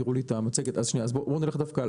קודם כול,